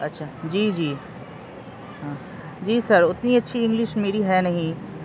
اچھا جی جی ہاں جی سر اتنی اچھی انگلش میری ہے نہیں